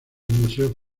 museo